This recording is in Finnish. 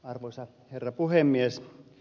arvoisa herra puhemies